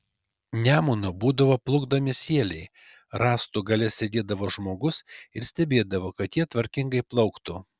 nemunu būdavo plukdomi sieliai rąstų gale sėdėdavo žmogus ir stebėdavo kad jie tvarkingai plauktų